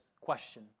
question